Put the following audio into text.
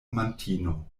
amantino